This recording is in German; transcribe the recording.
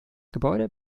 gebäude